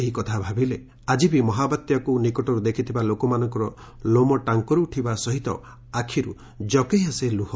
ଏହି କଥା ଭାବିଲେ ଆକି ବି ମହାବାତ୍ୟାକୁ ନିକଟରୁ ଦେଖିଥିବା ଲୋକମାନଙ୍କର ଲୋମ ଟାଙ୍କୁରି ଉଠିବା ସହିତ ଆଖ୍ରୁ ଜକେଇ ଆସେ ଲୁହ